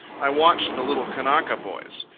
i watched the little kanaka boys.